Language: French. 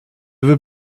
veut